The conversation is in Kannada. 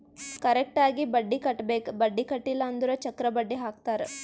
ಕರೆಕ್ಟ್ ಆಗಿ ಬಡ್ಡಿ ಕಟ್ಟಬೇಕ್ ಬಡ್ಡಿ ಕಟ್ಟಿಲ್ಲ ಅಂದುರ್ ಚಕ್ರ ಬಡ್ಡಿ ಹಾಕ್ತಾರ್